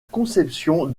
conception